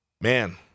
man